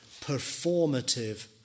performative